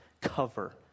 cover